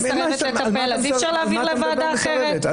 מסרבת לטפל אי-אפשר להעביר לוועדה אחרת?